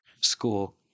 school